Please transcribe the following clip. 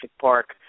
Park